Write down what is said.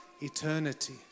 Eternity